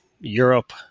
Europe